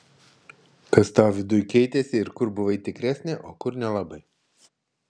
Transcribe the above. kas tau viduj keitėsi ir kur buvai tikresnė o kur nelabai